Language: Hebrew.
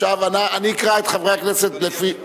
אני אקרא את חברי הכנסת לפי, אדוני היושב-ראש,